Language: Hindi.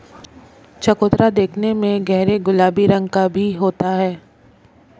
चकोतरा देखने में गहरे गुलाबी रंग का भी होता है